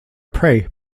prey